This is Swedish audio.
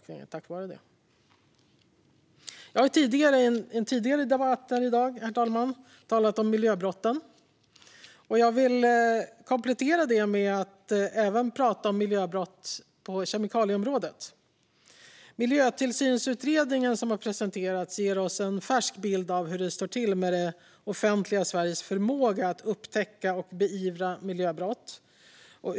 I en tidigare debatt i dag har jag talat om miljöbrott. Jag vill komplettera detta med att även tala om miljöbrott på kemikalieområdet. Miljötillsynsutredningen ger oss en färsk bild av hur det står till med det offentliga Sveriges förmåga att upptäcka och beivra miljöbrott.